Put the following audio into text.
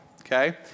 okay